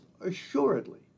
assuredly